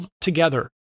together